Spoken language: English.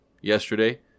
yesterday